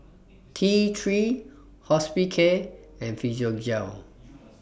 Tthree Hospicare and Physiogel